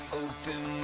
open